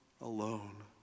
alone